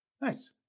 Nice